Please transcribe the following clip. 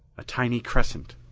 a tiny crescent,